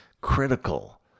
critical